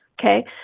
Okay